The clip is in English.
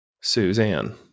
Suzanne